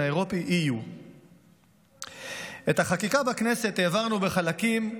האירופי EU. את החקיקה בכנסת העברנו בחלקים,